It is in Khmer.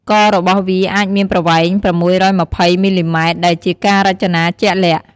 ករបស់វាអាចមានប្រវែង ៦២០ មីលីម៉ែត្រ ដែលជាការរចនាជាក់លាក់។